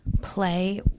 play